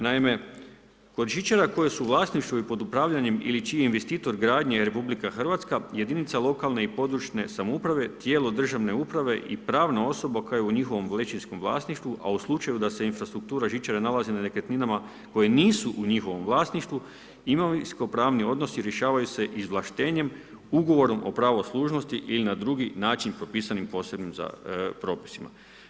Naime, kod žičara koje su u vlasništvu i pod upravljanjem ili čiji investitor gradnje je RH, jedinica lokalne i područne samouprave, tijelo državne uprave i pravna osoba koja je u njihovom većinskom vlasništvu a u slučaju da se infrastruktura žičara nalazi na nekretninama koje nisu u njihovom vlasništvu, imovinsko-pravni odnosi rješavaju se izvlaštenjem, ugovorom o pravu služnosti ili na drugi način propisan posebnim propisima.